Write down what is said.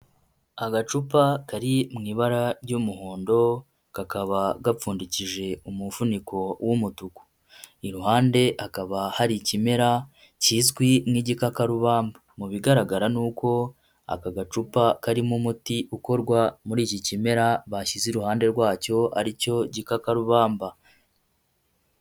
Agacupa kari mu ibara ry'umuhondo, kakaba gapfundikije umufuniko w'umutuku. Iruhande hakaba hari ikimera kizwi nk'igikakarubamba. Mu bigaragara ni uko aka gacupa karimo umuti ukorwa muri iki kimera, bashyize iruhande rwacyo ari cyo gikakarubamba.